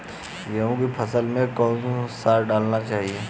गेहूँ की फसल में क्या क्या डालना चाहिए?